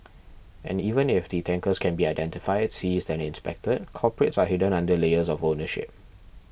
and even if the tankers can be identified seized and inspected culprits are hidden under layers of ownership